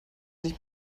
nicht